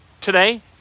Today